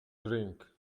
drink